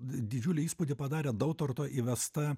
didžiulį įspūdį padarė dautarto įvesta